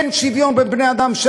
אין שוויון בין בני-אדם,